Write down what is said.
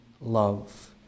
love